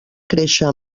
créixer